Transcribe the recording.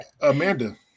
Amanda